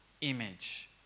image